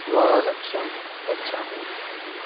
स्वलक्ष्यं गच्छामि इति